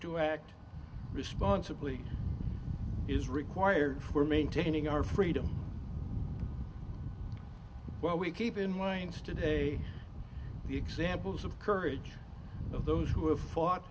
to act responsibly is required for maintaining our freedom while we keep in lines today the examples of courage of those who have fought